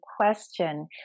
question